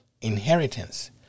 inheritance